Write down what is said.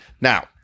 Now